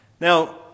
Now